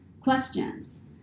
questions